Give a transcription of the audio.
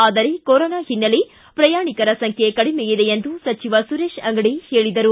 ಆದರೆ ಕೊರೊನಾ ಹಿನ್ನೆಲೆ ಪ್ರಯಾಣಿಕರ ಸಂಖ್ಯೆ ಕಡಿಮೆ ಇದೆ ಎಂದು ಸಚಿವ ಸುರೇಶ ಅಂಗಡಿ ಹೇಳಿದರು